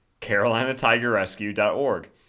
carolinatigerrescue.org